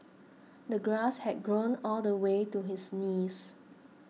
the grass had grown all the way to his knees